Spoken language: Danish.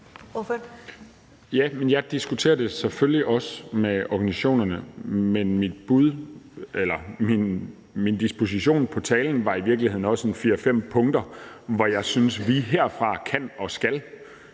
Jeg diskuterer det selvfølgelig også med organisationerne, men min disposition for talen var i virkeligheden også på fire-fem punkter, hvor jeg synes vi herfra kan og skal